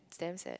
it's damn sad